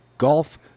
golf